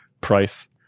price